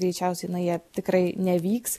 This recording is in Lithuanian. greičiausiai na jie tikrai nevyks